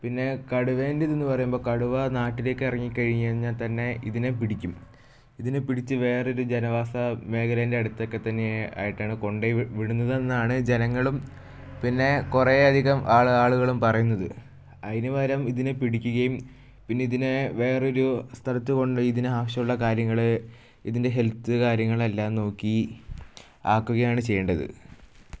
പിന്നെ കടുവേൻ്റെ ഇതെന്ന് പറയുമ്പം കടുവ നാട്ടിലേക്ക് ഇറങ്ങി കഴിഞ്ഞ് കഴിഞ്ഞാൽ തന്നെ ഇതിനെ പിടിക്കും ഇതിനെ പിടിച്ച് വേറൊരു ജനവാസ മേഖലേൻ്റെ അടുത്തൊക്കെ തന്നെയാണ് ആയിട്ടാണ് കൊണ്ടുപോയി വിടുന്നതെന്നാണ് ജനങ്ങളും പിന്നെ കുറേയധികം ആളുകളും പറയുന്നത് അതിന് പകരം ഇതിനെ പിടിക്കുകയും പിന്നിതിനെ വേറൊരു സ്ഥലത്ത് കൊണ്ട് ഇതിനാവശ്യമുള്ള കാര്യങ്ങള് ഇതിൻ്റെ ഹെൽത്ത് കാര്യങ്ങളെല്ലാം നോക്കി ആക്കുകയാണ് ചെയ്യേണ്ടത്